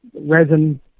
resin